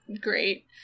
great